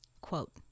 quote